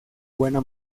buena